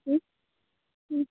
ಹ್ಞೂ ಹ್ಞೂ